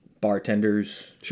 bartenders